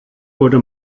wurde